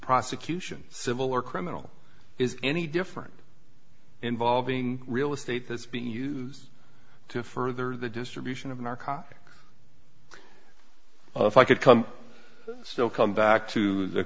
prosecution civil or criminal is any different involving real estate has been use to further the distribution of narcotics if i could come still come back to the